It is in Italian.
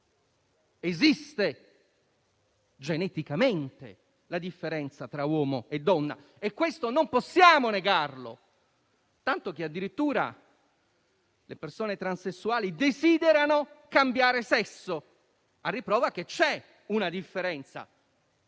esiste geneticamente la differenza tra uomo e donna e questo non possiamo negarlo, tanto che addirittura le persone transessuali desiderano cambiare sesso, a riprova che c'è una differenza.